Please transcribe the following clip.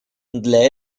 для